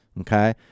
okay